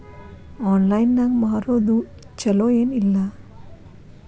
Online ನಾಗ್ ಮಾರೋದು ಛಲೋ ಏನ್ ಇಲ್ಲ?